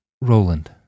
Roland